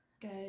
Good